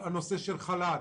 נושא של חל"ת,